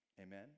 Amen